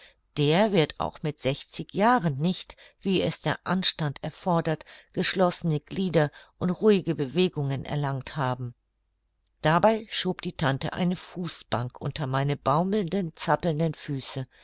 der wird auch mit jahren nicht wie es der anstand erfordert geschlossene glieder und ruhige bewegungen erlangt haben dabei schob die tante eine fußbank unter meine baumelnden zappelnden füße